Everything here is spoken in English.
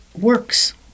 works